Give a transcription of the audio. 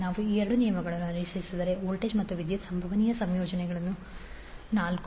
ನಾವು ಈ ಎರಡು ನಿಯಮಗಳನ್ನು ಅನುಸರಿಸಿದರೆ ವೋಲ್ಟೇಜ್ ಮತ್ತು ವಿದ್ಯುತ್ ಸಂಭವನೀಯ ಸಂಯೋಜನೆಗಳು ನಾಲ್ಕು